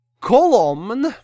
column